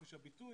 חופש הביטוי,